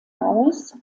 aus